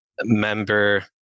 member